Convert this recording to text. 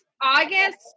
August